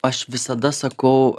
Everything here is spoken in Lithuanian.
aš visada sakau